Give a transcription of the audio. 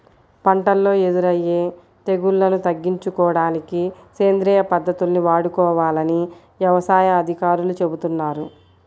పంటల్లో ఎదురయ్యే తెగుల్లను తగ్గించుకోడానికి సేంద్రియ పద్దతుల్ని వాడుకోవాలని యవసాయ అధికారులు చెబుతున్నారు